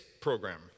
program